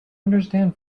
understand